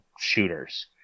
shooters